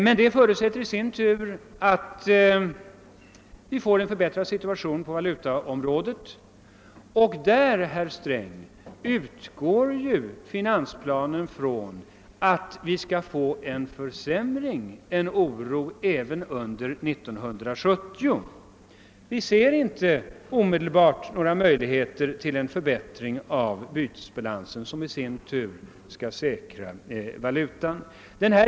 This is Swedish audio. Men det förutsätter i sin tur en förbättrad situation på valutaområdet, därvidlag, herr Sträng, utgår finansplanen från att det skall bli en försämring även under 1970. Vi ser inte heller några möjligheter till en omedelbar förbättring av bytesbalansen, som i sin tur skall säkra valutan.